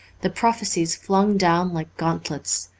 the prophecies flung down like gauntlets,